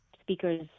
speakers